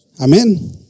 Amen